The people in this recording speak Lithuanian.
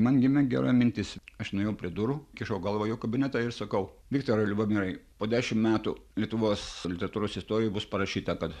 man gimė gera mintis aš nuėjau prie durų įkišau galvą į jo kabinetą ir sakau viktorai liubomirai po dešimt metų lietuvos literatūros istorijoj bus parašyta kad